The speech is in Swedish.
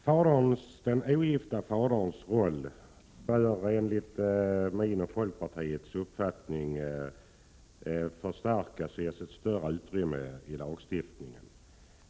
Herr talman! Den ogifte faderns roll bör enligt min och folkpartiets uppfattning förstärkas och ges ett större utrymme i lagstiftningen.